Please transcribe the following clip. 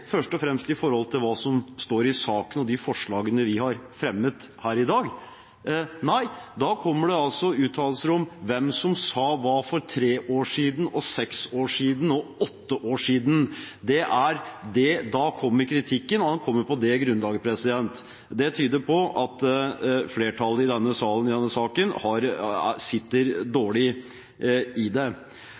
først og fremst til hva som står i saken og de forslagene vi har fremmet her i dag, nei, da kommer det uttalelser om hvem som sa hva for tre år siden og seks år siden og åtte år siden. Da kommer kritikken, og den kommer på det grunnlaget. Det tyder på at flertallet i denne salen i denne saken sitter dårlig i det.